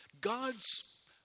God's